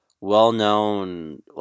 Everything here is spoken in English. well-known